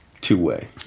Two-way